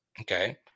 okay